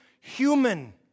human